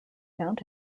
found